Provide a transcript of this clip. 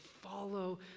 follow